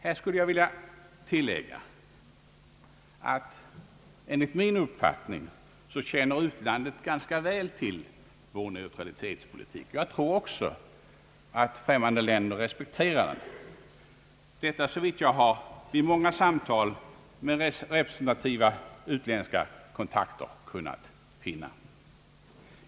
Här skulle jag vilja tillägga att enligt min uppfattning utlandet ganska väl känner till vår neutralitetspolitik. Jag tror också att främmande länder respekterar den, såvitt jag vid många samtal med representativa utländska kontakter kunnat finna.